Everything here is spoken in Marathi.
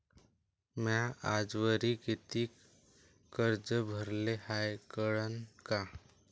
म्या आजवरी कितीक कर्ज भरलं हाय कळन का?